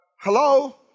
Hello